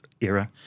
era